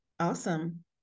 Awesome